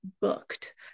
booked